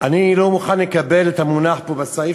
אני לא מוכן לקבל את המונח פה בסעיף,